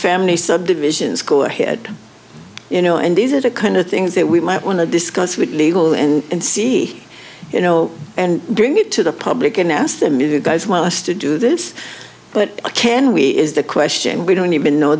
family subdivisions go ahead you know and these are the kind of things that we might want to discuss with legal and see you know and doing it to the public and ask them you guys must to do this but can we is the question we don't even know